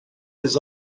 his